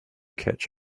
catch